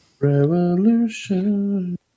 Revolution